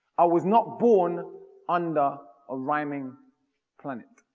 i was not born under a rhyming planet.